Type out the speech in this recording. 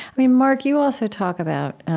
i mean, mark, you also talk about